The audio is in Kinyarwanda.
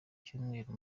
cyumweru